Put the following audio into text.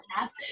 acid